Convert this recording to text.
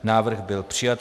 Návrh byl přijat.